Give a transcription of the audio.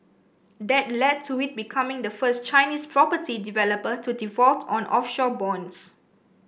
that lead to it becoming the first Chinese property developer to default on offshore bonds